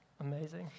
Amazing